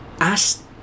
ask